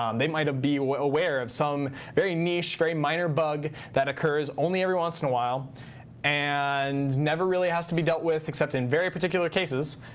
um they might be aware of some very niche, very minor bug that occurs only every once in a while and never really has to be dealt with except in very particular cases.